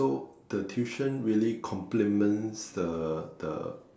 so the tuition really compliments the the